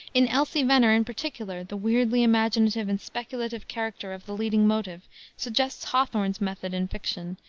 in elsie venner, in particular, the weirdly imaginative and speculative character of the leading motive suggests hawthorne's method in fiction,